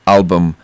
album